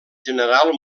general